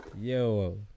yo